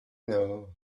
know